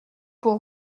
pour